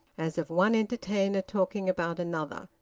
as of one entertainer talking about another.